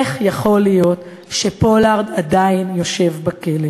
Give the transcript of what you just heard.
איך יכול להיות שפולארד עדיין יושב בכלא?